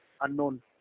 unknown